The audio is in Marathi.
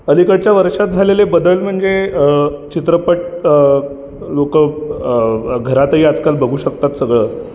अलीकडच्या वर्षात झालेले बदल म्हणजे चित्रपट लोकं घरातही आजकाल बघू शकतात सगळं